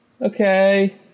okay